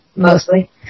mostly